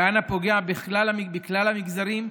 כהנא פוגע בכלל המגזרים,